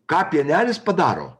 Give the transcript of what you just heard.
ką pienelis padaro